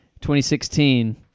2016